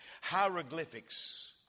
Hieroglyphics